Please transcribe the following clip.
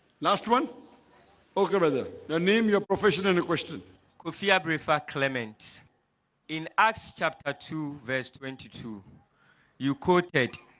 last one oka rather the name your professional and question kofi i prefer clement in acts chapter ah two verse twenty two you quoted